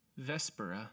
Vespera